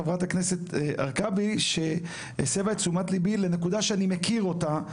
חברת הכנסת הרכבי שהסבה את תשומת ליבי לנקודה שאני מכיר אותה.